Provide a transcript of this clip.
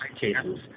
cases